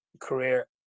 career